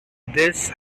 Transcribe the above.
this